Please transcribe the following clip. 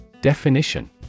Definition